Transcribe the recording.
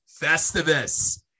festivus